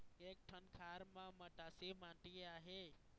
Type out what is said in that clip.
एक ठन खार म मटासी माटी आहे?